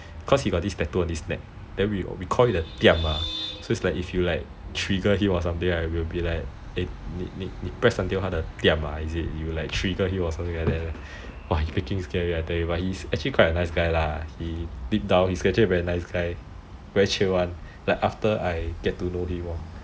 cause he got this tattoo on his neck we call it the tiam ah so it's like if we trigger him or something right we'll be like you press until his tiam or you like trigger him or something like that !wah! but he freaking scary I tell you but he actually quite a nice guy lah he deep down actually a very nice guy very chill [one] like after I get to know him lor